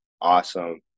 awesome